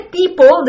people